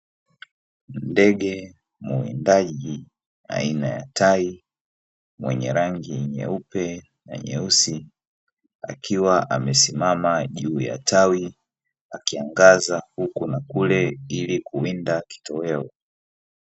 Ndege muwindaji aina ya tai mwenye rangi nyeupe na nyeusi, akiwa amesimama juu ya tawi akiangaza huku na kule ili kuwinda kitoweo.